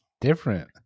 different